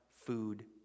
food